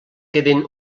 queden